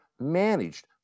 managed